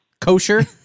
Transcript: Kosher